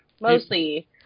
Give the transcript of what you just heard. mostly